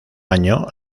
año